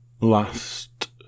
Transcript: Last